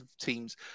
teams